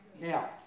Now